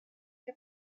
che